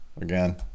again